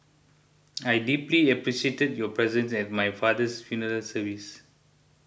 I deeply appreciated your presence at my father's funeral service